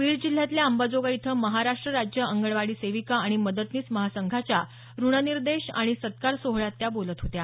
बीड जिल्ह्यातल्या अंबाजोगाई इथं महाराष्ट्र राज्य अंगणवाडी सेविका आणि मदतनिस महासंघाच्या ऋणनिर्देश आणि सत्कार सोहळ्यात त्या बोलत होत्या